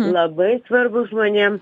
labai svarbu žmonėm